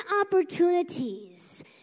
opportunities